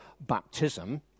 baptism